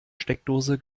steckdose